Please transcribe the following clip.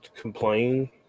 complain